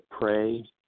pray